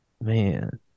Man